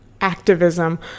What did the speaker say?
activism